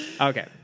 okay